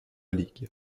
league